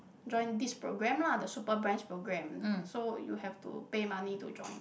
join this program lah the super brands program so you have to pay money to join